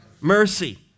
Mercy